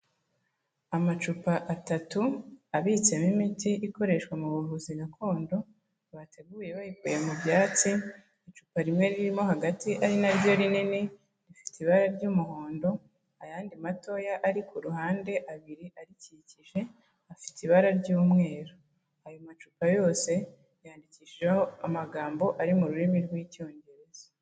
Amacupa atatu abitsemo imiti ikoreshwa mu buvuzi gakondo, bateguye bayikuye mu byatsi, icupa rimwe ririmo hagati ari na ryo rinini, rifite ibara ry'umuhondo, ayandi matoya ari ku ruhande abiri arikikije afite ibara ry'umweru. Ayo macupa yose yandikishijeho amagambo ari mu rurimi rw'Icyongereza.